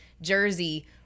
Jersey